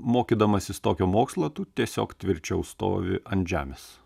mokydamasis tokio mokslo tu tiesiog tvirčiau stovi ant žemės